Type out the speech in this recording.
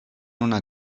una